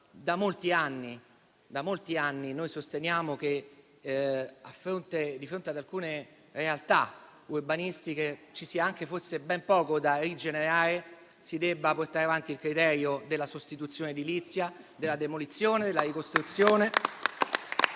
da molti anni sosteniamo che di fronte ad alcune realtà urbanistiche ci sia ben poco da rigenerare e si debba portare avanti il criterio della sostituzione edilizia, della demolizione e della ricostruzione.